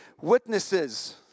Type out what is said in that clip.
Witnesses